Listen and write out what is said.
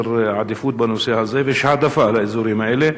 עדיפות בנושא הזה ויש העדפה לאזורים האלה.